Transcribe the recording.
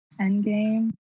Endgame